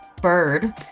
bird